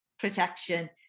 protection